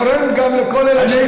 אתה גורם גם לכל אלה שסביבך,